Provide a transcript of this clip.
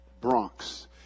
bronx